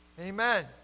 Amen